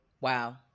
Wow